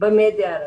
במדיה הערבית.